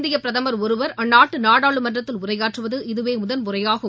இந்தியப் பிரதமா் ஒருவா் அந்நாட்டு நாடாளுமன்றத்தில் உரையாற்றுவது இதுவே முதல்முறையாகும்